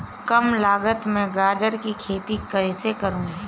कम लागत में गाजर की खेती कैसे करूँ?